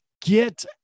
Get